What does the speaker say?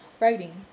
writing